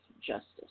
justice